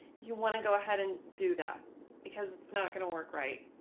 you want to go ahead and do that because it's not going to work, right?